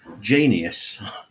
genius